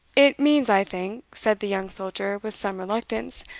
it means, i think, said the young soldier, with some reluctance,